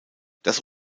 das